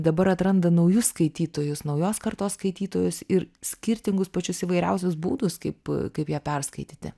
dabar atranda naujus skaitytojus naujos kartos skaitytojus ir skirtingus pačius įvairiausius būdus kaip kaip ją perskaityti